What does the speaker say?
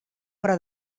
però